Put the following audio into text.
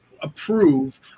approve